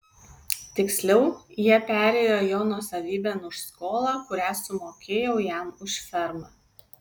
tiksliau jie perėjo jo nuosavybėn už skolą kurią sumokėjau jam už fermą